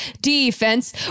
defense